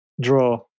draw